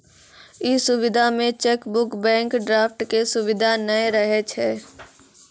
इ सुविधा मे चेकबुक, बैंक ड्राफ्ट के सुविधा नै रहै छै